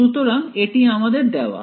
সুতরাং এটি আমাদের দেওয়া